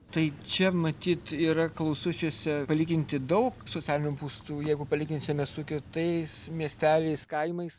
tai čia matyt yra klausučiuose palyginti daug socialinių būstų jeigu palyginsime su kitais miesteliais kaimais